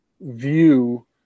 view